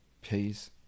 Peace